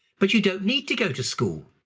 but you don't need to go to school.